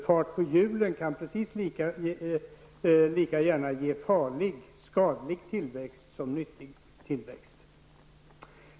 Fart på hjulen kan precis lika gärna ge farlig och skadlig tillväxt som nyttig tillväxt.